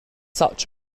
such